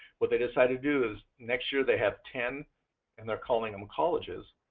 what they decided to do is next year they have ten and they are calling them colleges.